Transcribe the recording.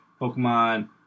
Pokemon